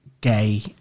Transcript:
gay